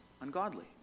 ungodly